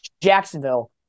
Jacksonville